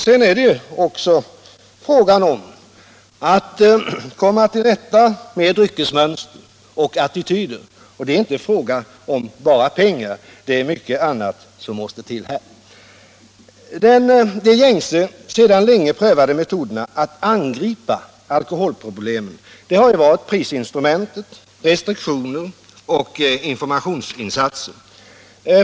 Sedan är det också fråga om att komma till rätta med dryckesmönster och attityder, och det är inte bara en fråga om pengar, utan det är mycket annat som måste till här. De gängse, sedan länge prövade metoderna att angripa alkoholproblemen har varit prisinstrumentet, restriktioner och informationsinsatser.